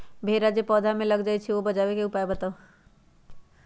भेरा जे पौधा में लग जाइछई ओ से बचाबे के उपाय बताऊँ?